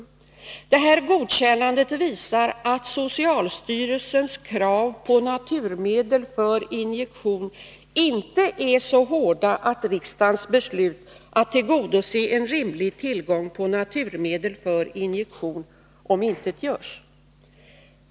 z Detta godkännande visar att socialstyrelsens krav på naturmedel för injektion inte är så hårda att riksdagens beslut att tillgodose rimlig tillgång på naturmedel för injektion omintetgörs.